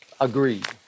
Agreed